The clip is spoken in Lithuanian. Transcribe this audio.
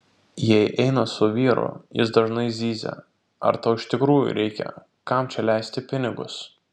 jei einu su vyru jis dažnai zyzia ar tau iš tikrųjų reikia kam čia leisti pinigus